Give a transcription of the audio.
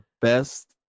best